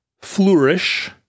flourish